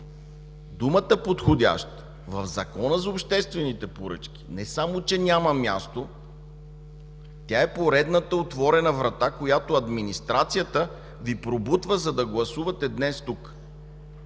думата „подходящ” в Закона за обществените поръчки не само че няма място, тя е поредната отворена врата, която администрацията Ви пробутва, за да гласувате днес тук.